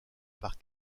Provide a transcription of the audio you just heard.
par